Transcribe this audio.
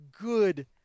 good